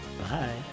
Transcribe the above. Bye